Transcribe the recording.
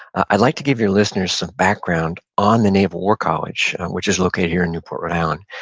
i'd like to give your listeners some background on the naval war college, which is located here in newport, rhode island.